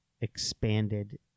expanded